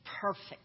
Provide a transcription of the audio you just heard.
perfect